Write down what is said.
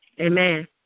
Amen